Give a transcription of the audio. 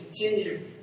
continue